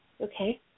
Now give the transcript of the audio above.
okay